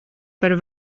par